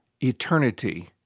eternity